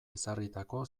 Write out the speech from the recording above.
ezarritako